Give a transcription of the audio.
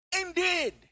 Indeed